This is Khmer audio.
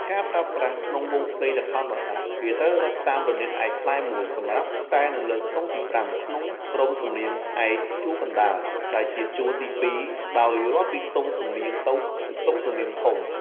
ការប្រើប្រាស់ក្នុងវង់ភ្លេងល្ខោនបាសាក់ គេត្រូវរឹតតាមរនាតឯកផ្លែ១ សំរាប់ខ្សែនៅលើខ្ទង់ទី៥ ក្នុងក្រុមសំនៀងឯកជួរកណ្ដាល ដែលជា ជួរទី២ ដោយរាប់ពីខ្ទង់សំនៀងតូចទៅខ្ទង់សំនៀងធំ។